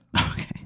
Okay